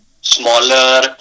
smaller